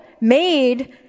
made